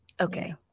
okay